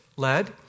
Led